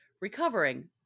recovering